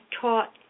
taught